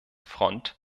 front